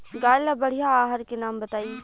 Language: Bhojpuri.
गाय ला बढ़िया आहार के नाम बताई?